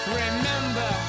remember